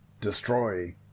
destroy